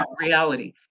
reality